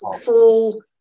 full